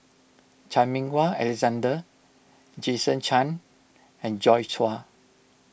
Chan Meng Wah Alexander Jason Chan and Joi Chua